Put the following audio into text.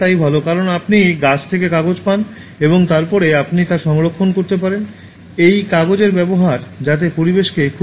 এবং সাধারণত আপনি যখন দেখেন যে উচ্চ ওয়াটের বাল্ব ব্যবহার করার পরিবর্তে আপনি যদি সেই ছোট জায়গায় কম ওয়াটের একটি ব্যবহার করতে পারেন এটির করার চেষ্টাই করুন